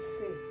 faith